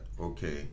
okay